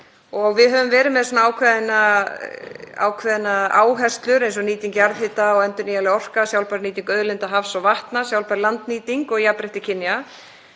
Við höfum verið með ákveðnar áherslur eins og nýtingu jarðhita og endurnýjanlega orku, sjálfbæra nýtingu auðlinda hafs og vatna, sjálfbæra landnýtingu og jafnrétti kynja.